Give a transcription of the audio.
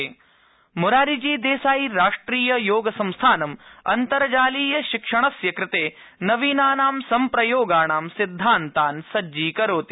आयष योग मोरारी जी देसाई राष्ट्रिय योग संस्थानम अन्तर्जालीय शिक्षणस्य कृते नवीनानां सम्प्रयोगाणां सिद्धान्तान सज्जीकरोति